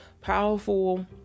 powerful